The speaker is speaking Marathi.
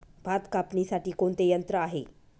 भात कापणीसाठी कोणते यंत्र आहे?